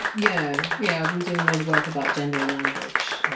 yeah yeah, i've been doing a lot of work about gender in language.